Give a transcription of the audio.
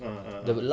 ah ah ah